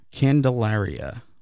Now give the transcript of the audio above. Candelaria